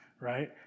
right